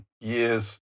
years